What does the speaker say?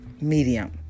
medium